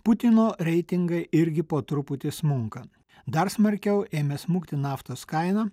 putino reitingai irgi po truputį smunka dar smarkiau ėmė smukti naftos kaina